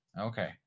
Okay